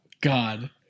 God